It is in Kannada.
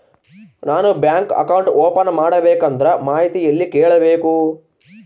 ನಾನು ಬ್ಯಾಂಕ್ ಅಕೌಂಟ್ ಓಪನ್ ಮಾಡಬೇಕಂದ್ರ ಮಾಹಿತಿ ಎಲ್ಲಿ ಕೇಳಬೇಕು?